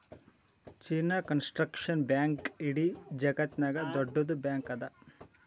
China Construction Bank ಇಡೀ ಜಗತ್ತನಾಗೆ ದೊಡ್ಡುದ್ ಬ್ಯಾಂಕ್ ಅದಾ